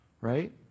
Right